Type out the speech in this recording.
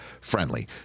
friendly